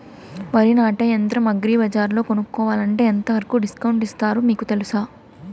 వరి నాటే యంత్రం అగ్రి బజార్లో కొనుక్కోవాలంటే ఎంతవరకు డిస్కౌంట్ ఇస్తారు మీకు తెలుసా?